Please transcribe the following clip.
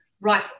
right